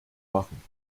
machen